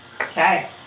Okay